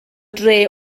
dre